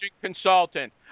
consultant